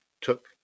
took